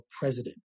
president